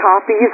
copies